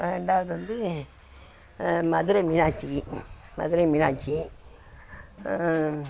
ரெண்டாவது வந்து மதுரை மீனாட்சி மதுரை மீனாட்சி